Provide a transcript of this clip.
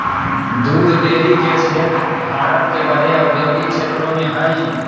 दूध डेरी के क्षेत्र भारत के बड़े औद्योगिक क्षेत्रों में हइ